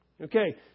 Okay